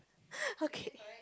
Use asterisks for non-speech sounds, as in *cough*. *noise* okay